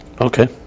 Okay